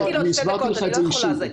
אני הסברתי לך את זה אישית.